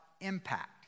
impact